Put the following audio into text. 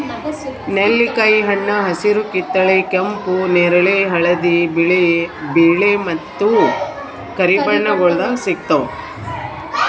ನೆಲ್ಲಿಕಾಯಿ ಹಣ್ಣ ಹಸಿರು, ಕಿತ್ತಳೆ, ಕೆಂಪು, ನೇರಳೆ, ಹಳದಿ, ಬಿಳೆ ಮತ್ತ ಕರಿ ಬಣ್ಣಗೊಳ್ದಾಗ್ ಸಿಗ್ತಾವ್